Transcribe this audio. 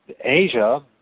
Asia